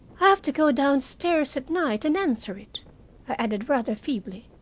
have to go downstairs at night and answer it, i added, rather feebly.